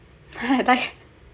ri~